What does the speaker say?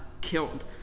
killed